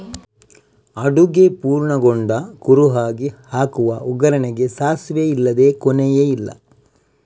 ಅಡುಗೆ ಪೂರ್ಣಗೊಂಡ ಕುರುಹಾಗಿ ಹಾಕುವ ಒಗ್ಗರಣೆಗೆ ಸಾಸಿವೆ ಇಲ್ಲದೇ ಕೊನೆಯೇ ಇಲ್ಲ